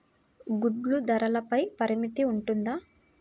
గుడ్లు ధరల పై పరిమితి ఉంటుందా?